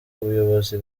ubuyobozi